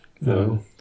No